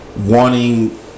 wanting